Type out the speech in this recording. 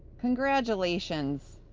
congratulations!